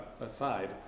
aside